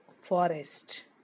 forest